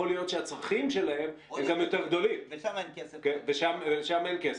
יכול להיות שהצרכים שלהם הם גם יותר גדולים ושם אין כסף.